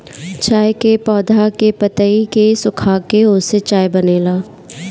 चाय के पौधा के पतइ के सुखाके ओसे चाय बनेला